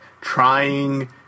trying